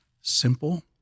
simple